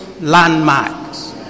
landmarks